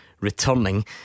Returning